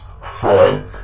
Freud